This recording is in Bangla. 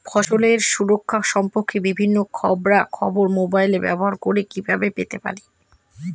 ফসলের সুরক্ষা সম্পর্কে বিভিন্ন খবরা খবর মোবাইল ব্যবহার করে কিভাবে পেতে পারি?